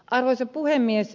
arvoisa puhemies